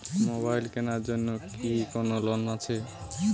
Mobile কেনার জন্য কি কোন লোন আছে?